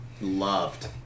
Loved